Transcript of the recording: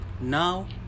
now